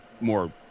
more